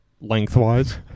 lengthwise